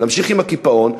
נמשיך עם הקיפאון,